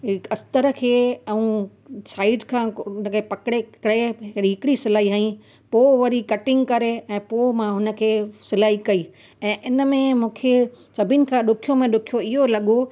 अस्तर खे ऐं साइड खां उनखे पकिड़े करे हिकिड़ी सिलाई हंई पोइ वरी कटिंग करे ऐं पोइ मां उनखे सिलाई कई ऐं इनमें मूंखे सभिनि खां ॾुखियो में ॾुखियो इहो लॻो